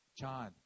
John